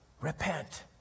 Repent